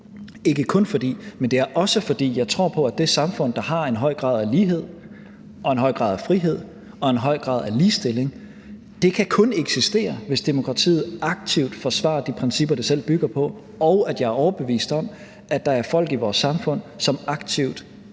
ikke kun fordi, men også fordi – jeg tror på, at det samfund, der har en høj grad af lighed, en høj grad af frihed og en høj grad af ligestilling kun kan eksistere, hvis demokratiet aktivt forsvarer de principper, det selv bygger på. Og jeg er overbevist om, at der er folk i vores samfund, som aktivt